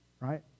Right